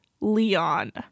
leon